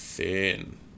Thin